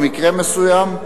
במקרה מסוים,